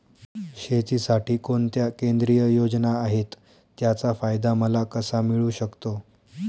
शेतीसाठी कोणत्या केंद्रिय योजना आहेत, त्याचा फायदा मला कसा मिळू शकतो?